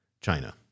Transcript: China